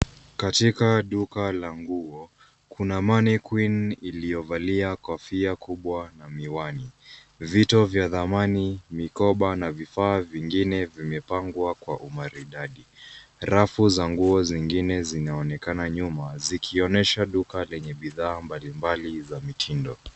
Katika duka la nguo, kuna mannequine iliyovalia kofia kubwa na miwani. Vito vya dhamani, mikoba na vifaa vingine vimepangwa kwa umaridadi. Rafu za nguo zingine zinaonekana nyuma zikionyesha duka lenye bidhaa mbalimbali za mitindo.